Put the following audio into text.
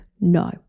no